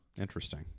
Interesting